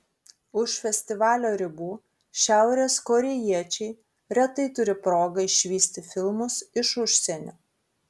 už festivalio ribų šiaurės korėjiečiai retai turi progą išvysti filmus iš užsienio